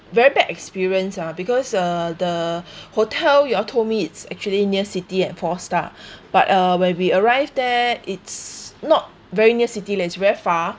very bad experience ah because uh the hotel you all told me it's actually near city and four star but uh when we arrived there it's not very near city leh it's very far